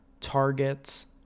targets